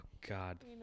God